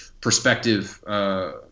perspective